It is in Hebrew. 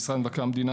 במשרד מבקר המדינה,